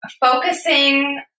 focusing